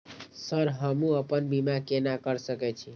Sir हमू अपना बीमा केना कर सके छी?